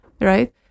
Right